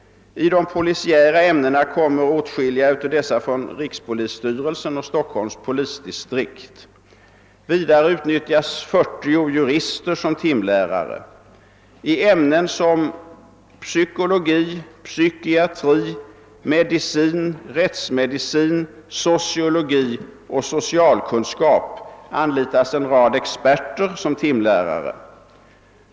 I de polisiära ämnena kommer åtskilliga av dessa från rikspolisstyrelsen och Stockholms polisdistrikt. Vidare utnyttjas 40 jurister som timlärare. I ämnen som psykologi, psykiatri, medicin, rättsmedicin, sociologi och socialkunskap anlitas en rad experter som timlärare.